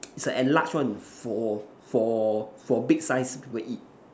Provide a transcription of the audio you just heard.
it's a enlarged one for for for big size people eat